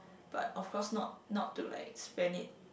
but of course not not to like spend it